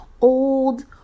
old